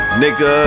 nigga